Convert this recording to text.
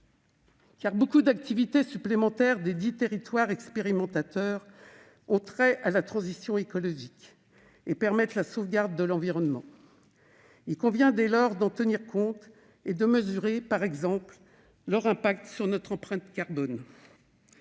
nombre des activités supplémentaires créées dans les dix territoires expérimentateurs ont trait à la transition écologique et permettent la sauvegarde de l'environnement. Il convient dès lors d'en tenir compte et de mesurer, par exemple, leur impact sur notre empreinte carbone.